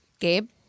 Gabe